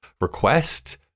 request